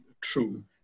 true